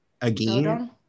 Again